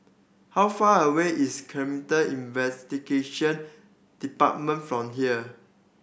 how far away is Investigation Department from here